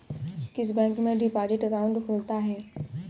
किस बैंक में deposit account खुलता है?